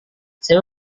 saya